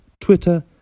Twitter